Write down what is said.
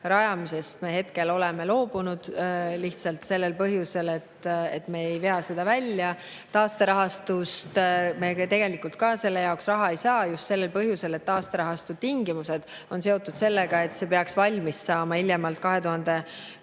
rajamisest me hetkel oleme loobunud lihtsalt sellel põhjusel, et me ei vea seda välja. Taasterahastust me tegelikult ka selle jaoks raha ei saa, just sellel põhjusel, et taasterahastu tingimused on seotud sellega, et see [objekt] peaks valmis saama hiljemalt 2026.